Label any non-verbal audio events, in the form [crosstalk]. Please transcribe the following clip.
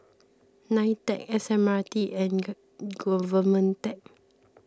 Nitec S M R T and [unintelligible] Government Tech